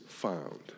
Found